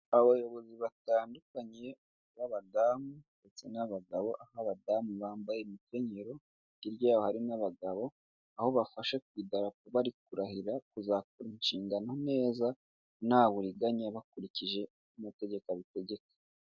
Abayobozi batandukanye b'abadamu ndetse n'abagabo, aho abadamu bambaye imikenyero hirya yabo hari n'abagabo, aho bafasha ku idarapo bari kurahira ko bazakora inshingano neza nta buriganya bakurikije uko amategeko abitegeka.